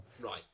Right